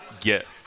get